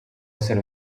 essere